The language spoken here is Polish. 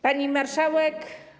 Pani Marszałek!